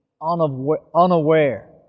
unaware